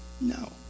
no